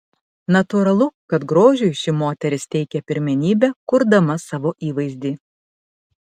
natūralu kad grožiui ši moteris teikia pirmenybę kurdama savo įvaizdį